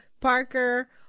Parker